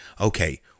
okay